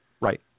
Right